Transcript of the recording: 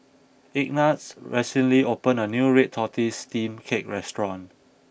Ignatz recently opened a new Red Tortoise Steamed Cake restaurant